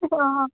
অঁ